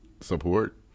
support